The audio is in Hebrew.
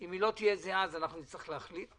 אם היא לא תהיה זהה, אנחנו נצטרך להחליט.